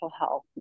health